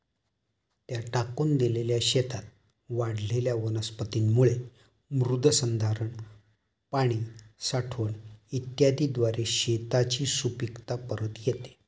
त्या टाकून दिलेल्या शेतात वाढलेल्या वनस्पतींमुळे मृदसंधारण, पाणी साठवण इत्यादीद्वारे शेताची सुपीकता परत येते